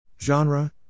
Genre